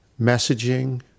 messaging